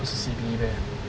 不是 C_B_D meh